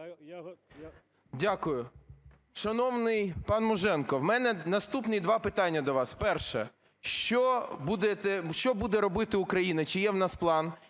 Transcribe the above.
Дякую. Шановний пан Муженко, у мене наступні два питання до вас. Перше: що буде робити Україна, чи є в нас план,